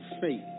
faith